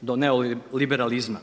do neoliberalizma.